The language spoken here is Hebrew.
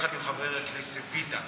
יחד עם חבר הכנסת ביטן,